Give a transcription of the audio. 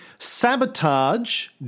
Sabotage